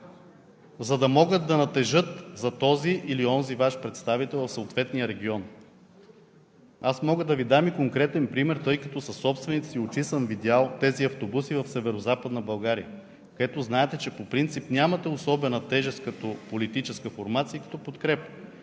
за да могат да натежат за този или онзи Ваш представител в съответния регион. Аз мога да Ви дам и конкретен пример, тъй като със собствените си очи съм видял тези автобуси в Северозападна България, където знаете, че по принцип нямате особена тежест като политическа формация и като подкрепа,